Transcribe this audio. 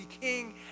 king